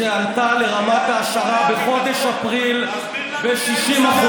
שעלתה לרמת העשרה בחודש אפריל ב-60%.